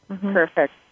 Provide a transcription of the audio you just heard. Perfect